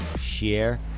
share